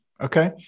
Okay